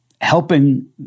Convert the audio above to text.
helping